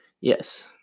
Yes